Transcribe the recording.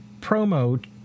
promo